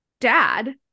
dad